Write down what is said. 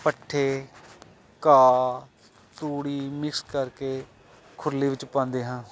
ਪੱਠੇ ਘਾਹ ਤੂੜੀ ਮਿਕਸ ਕਰਕੇ ਖੁਰਲੀ ਵਿੱਚ ਪਾਉਂਦੇ ਹਾਂ